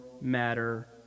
matter